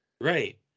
Right